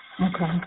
Okay